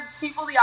people